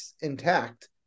intact